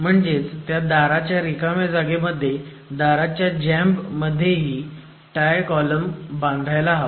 म्हणजेच त्या दाराच्या रिकाम्या जागेमध्ये दाराच्या जॅम्ब मध्येही टाय कॉलम बांधायला हवा